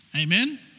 Amen